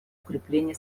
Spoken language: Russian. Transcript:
укрепления